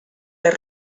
les